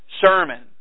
Sermon